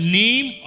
name